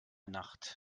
nacht